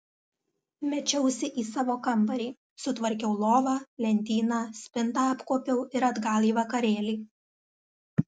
mečiausi į savo kambarį sutvarkiau lovą lentyną spintą apkuopiau ir atgal į vakarėlį